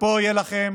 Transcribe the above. פה יהיה לכם